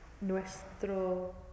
Nuestro